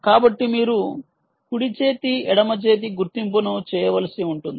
కాబట్టి మీరు కుడి చేతి ఎడమ చేతి గుర్తింపును చేయవలసి ఉంటుంది